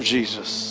Jesus